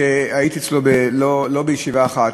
שהייתי אצלו לא בישיבה אחת,